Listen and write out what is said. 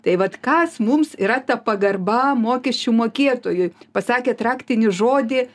tai vat kas mums yra ta pagarba mokesčių mokėtojui pasakėt raktinį žodį